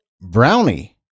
brownie